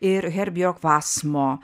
ir herbiog vasmo